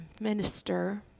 minister